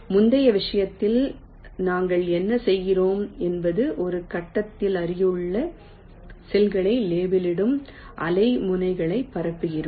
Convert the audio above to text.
முந்தைய விஷயத்தில் நாங்கள் என்ன செய்கிறோம் என்பது ஒரு கட்டத்தில் அருகிலுள்ள செல்களை லேபிளிடும் அலை முனைகளை பரப்புகிறோம்